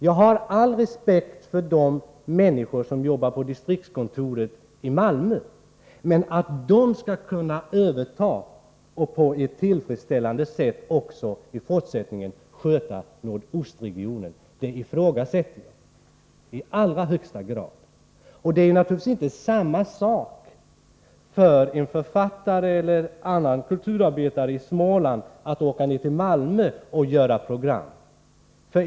Jag har all respekt för de människor som jobbar på distriktskontoret i Malmö, men jag ifrågasätter i allra högsta grad om de skulle kunna överta och i fortsättningen sköta också nordostregionen på ett tillfredsställande sätt. Det är naturligtvis inte samma sak för en författare eller någon annan kulturarbetare i Småland att åka ner till Malmö och göra program.